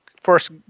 first